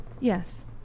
yes